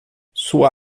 sua